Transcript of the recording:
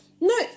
No